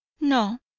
No